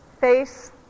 Face